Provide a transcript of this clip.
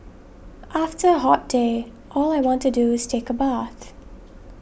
after a hot day all I want to do is take a bath